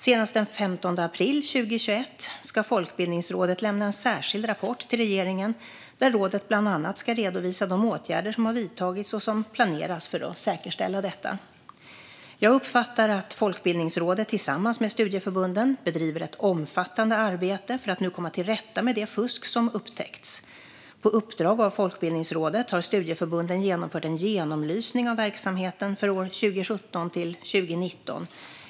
Senast den 15 april 2021 ska Folkbildningsrådet lämna en särskild rapport till regeringen där rådet bland annat ska redovisa de åtgärder som har vidtagits och som planeras för att säkerställa detta. Jag uppfattar att Folkbildningsrådet, tillsammans med studieförbunden, nu bedriver ett omfattande arbete för att komma till rätta med det fusk som upptäckts. På uppdrag av Folkbildningsrådet har studieförbunden genomfört en genomlysning av verksamheten för åren 2017-2019.